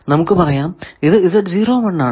നമുക്ക് പറയാം ഇത് ആണ്